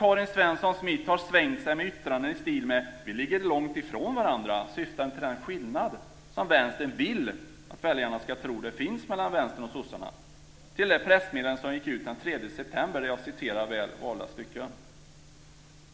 Karin Svensson Smith har svängt sig med yttranden i stil med: Vi ligger långt ifrån varandra, syftande på den skillnad som Vänstern vill att väljarna ska tro finns mellan Vänstern och sossarna. Ur det pressmeddelande som gick ut den 3 september citerar jag väl valda stycken.